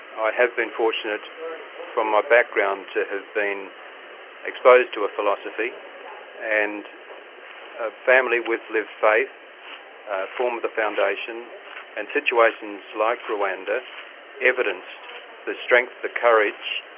i have been fortunate from my ah background to have been exposed to a philosophy and a family with lived faith formed the foundation and situations like rwanda evidenced the strength, the courage,